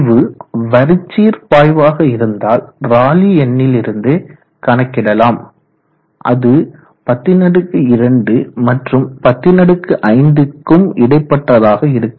பாய்வு வரிச்சீர் பாய்வாக இருந்தால் ராலி எண்ணிலிருந்து கணக்கிடலாம் அது 102 மற்றும் 105க்கும் இடைப்பட்டதாக இருக்கும்